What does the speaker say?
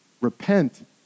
repent